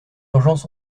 urgence